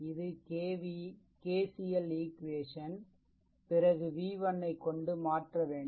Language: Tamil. இது KCL ஈக்வேசன் பிறகு v1 கொண்டு மாற்றவேண்டும்